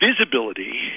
Visibility